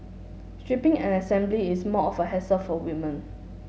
stripping and assembly is more of a hassle for women